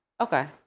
Okay